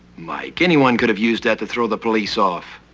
mike, anyone could have used that to throw the police off.